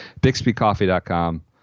BixbyCoffee.com